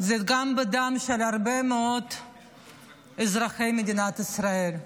-- של הרבה מאוד אזרחי מדינת ישראל.